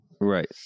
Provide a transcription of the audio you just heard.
Right